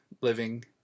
living